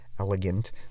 elegant